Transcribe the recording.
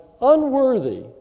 unworthy